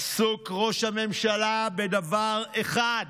עסוק ראש הממשלה בדבר אחד,